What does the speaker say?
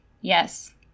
Yes